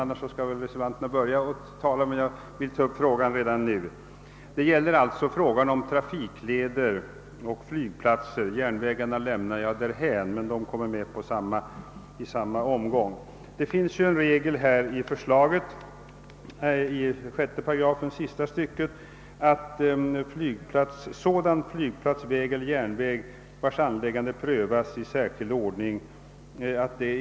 Jag vill alltså ta upp frågan redan nu och den gäller trafikleder och flygplatser — järnvägarna som behandlas samtidigt lämnar jag därhän. I 6 8, sista stycket, står att reglerna om förbud för användning ej skall eller järnväg, vars anläggande prövas i särskild ordning».